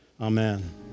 Amen